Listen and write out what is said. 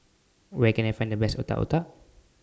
Where Can I Find The Best Otak Otak